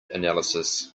analysis